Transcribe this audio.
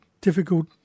Difficult